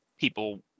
people